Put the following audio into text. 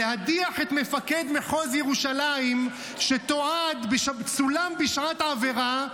להדיח את מפקד מחוז ירושלים שתועד וצולם בשעת עבירה,